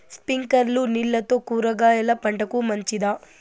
స్ప్రింక్లర్లు నీళ్లతో కూరగాయల పంటకు మంచిదా?